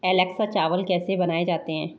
Alexa चावल कैसे बनाए जाते हैं